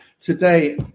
today